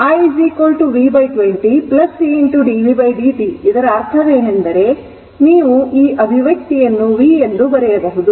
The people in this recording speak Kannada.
i v 20 c d v d t ಇದರ ಅರ್ಥವೇನೆಂದರೆ ನೀವು ಆ ಅಭಿವ್ಯಕ್ತಿಯನ್ನು v ಎಂದು ಬರೆಯಬಹುದು